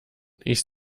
ich